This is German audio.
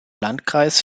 landkreis